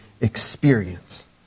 experience